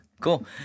Cool